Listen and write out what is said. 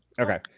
Okay